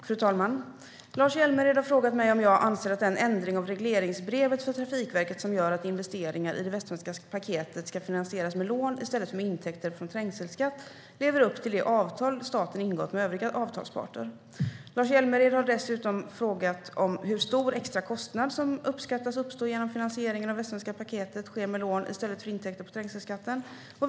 Fru talman! Lars Hjälmered har frågat mig om jag anser att den ändring av regleringsbrevet för Trafikverket som gör att investeringar i Västsvenska paketet ska finansieras med lån i stället för med intäkter från trängselskatt lever upp till det avtal staten ingått med övriga avtalsparter. Lars Hjälmered har dessutom frågat hur stor extra kostnad som uppskattas uppstå genom att finansieringen av Västsvenska paketet sker med lån i stället för med intäkter från trängselskatten.